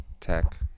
Tech